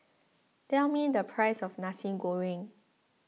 tell me the price of Nasi Goreng